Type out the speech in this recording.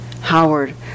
Howard